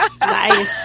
nice